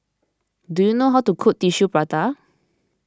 do you know how to cook Tissue Prata